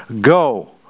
go